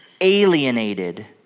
alienated